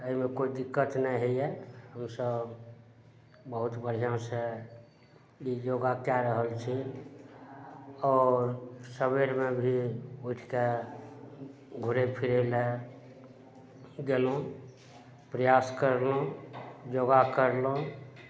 अइमे कोइ दिक्कत नहि होइए हम सभ बहुत बढ़िआँसँ ई योगा कए रहल छी आओर सवेरमे भी उठिके घुरय फिरय लै गेलहुँ प्रयास करलहुँ जोगार करलहुँ